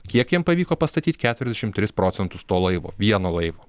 kiek jiem pavyko pastatyti keturiasdešimt tris procentus to laivo vieno laivo